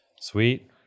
Sweet